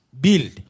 build